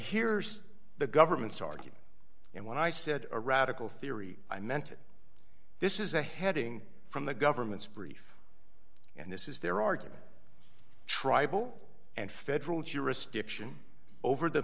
here's the government's argument and when i said a radical theory i meant it this is a heading from the government's brief and this is their argument tribal and federal